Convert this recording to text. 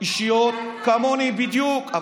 אישיות כמוני בדיוק.